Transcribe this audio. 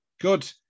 good